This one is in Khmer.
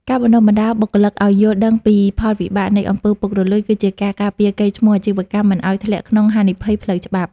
ការបណ្ដុះបណ្ដាលបុគ្គលិកឱ្យយល់ដឹងពីផលវិបាកនៃ អំពើពុករលួយ គឺជាការការពារកេរ្តិ៍ឈ្មោះអាជីវកម្មមិនឱ្យធ្លាក់ក្នុងហានិភ័យផ្លូវច្បាប់។